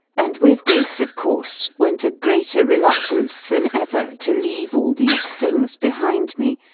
and with this, of course, went a greater reludlance than ever to leave all these things behind me,